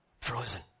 Frozen